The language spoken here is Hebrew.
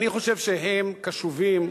חושב שהם קשובים,